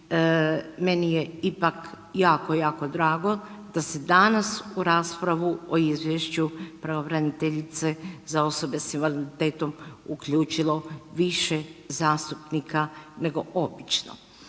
meni je ipak jako, jako drago da se danas u raspravu o izvješću pravobraniteljice za osobe s invaliditetom uključilo više zastupnika nego obično.